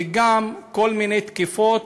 וגם כל מיני תקיפות,